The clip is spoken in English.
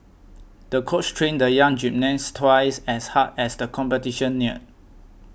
the coach trained the young gymnast twice as hard as the competition neared